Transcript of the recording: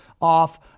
off